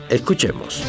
Escuchemos